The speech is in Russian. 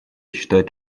считать